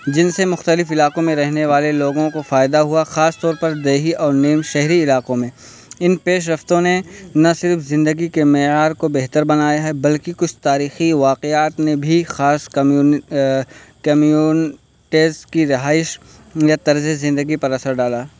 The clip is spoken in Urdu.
جن سے مختلف علاقوں میں رہنے والے لوگوں کو فائدہ ہوا خاص طور پر دیہی اور نیم شہری علاقوں میں ان پیش رفتوں نے نہ صرف زندگی کے معیار کو بہتر بنایا ہے بلکہ کچھ تاریخی واقعات نے بھی خاص کمیون کمیونٹیز کی رہائش یا طرز زندگی پر اثر ڈالا